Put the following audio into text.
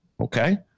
okay